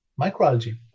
microalgae